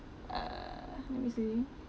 uh let me see